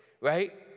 right